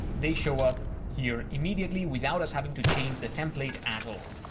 they show up here immediately without us having to change the template at all.